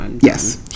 Yes